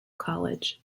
college